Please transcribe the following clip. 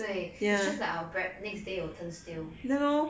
对 it's just like our bread next day will turn stale